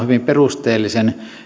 hyvin perusteellisen